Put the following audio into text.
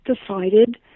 decided